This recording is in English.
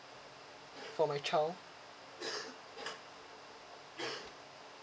for my child